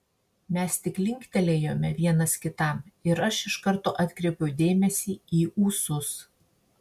mes tik linktelėjome vienas kitam ir aš iš karto atkreipiau dėmesį į ūsus